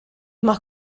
más